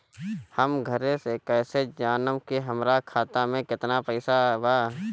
हम घरे से कैसे जानम की हमरा खाता मे केतना पैसा बा?